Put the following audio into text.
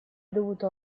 dovuto